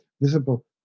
visible